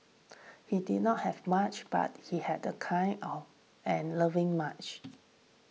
he did not have much but he had a kind or and loving much